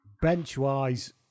Bench-wise